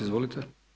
Izvolite.